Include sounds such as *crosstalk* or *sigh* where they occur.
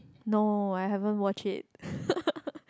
no I haven't watch it *laughs*